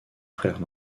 frères